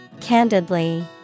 Candidly